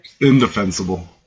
indefensible